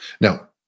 Now